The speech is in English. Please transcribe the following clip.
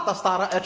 ah sladar.